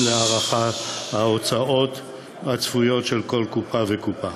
להערכת ההוצאות הצפויות של כל קופה וקופה.